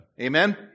Amen